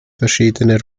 verschiedene